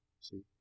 See